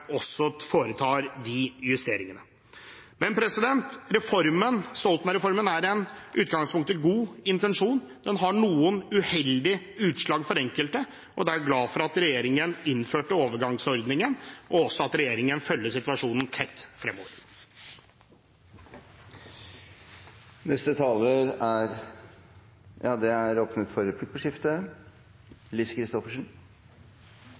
også foretar de justeringene. Intensjonen med Stoltenberg-reformen er i utgangspunktet god. Den har noen uheldige utslag for enkelte, og da er jeg glad for at regjeringen innførte overgangsordningen, og at regjeringen følger situasjonen tett fremover.